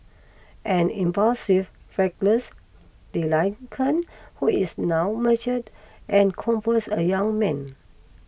an impulsive reckless delinquent who is now matured and compose a young man